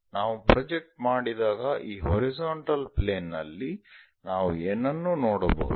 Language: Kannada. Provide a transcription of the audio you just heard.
ನಾವು ಪ್ರೊಜೆಕ್ಟ್ ಮಾಡಿದಾಗ ಈ ಹಾರಿಜಾಂಟಲ್ ಪ್ಲೇನ್ ನಲ್ಲಿ ನಾವು ಏನನ್ನು ನೋಡಬಹುದು